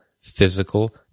physical